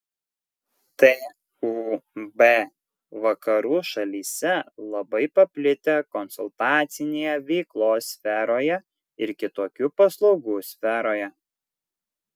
tūb vakarų šalyse labai paplitę konsultacinėje veiklos sferoje ir kitokių paslaugų sferoje